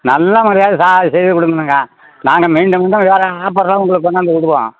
நல்ல முறையா சாதம் செய்துக் கொடுக்கணுங்க நாங்கள் மீண்டும் மீண்டும் வேறு ஆஃபரெலாம் உங்களுக்கு கொண்டாந்து விடுவோம்